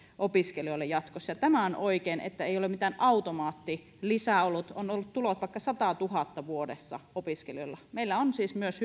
opiskelijoille jatkossa tämä on oikein että ei ole mitään automaattilisää on voinut olla tulot vaikka sadassatuhannessa vuodessa opiskelijalla meillä on siis myös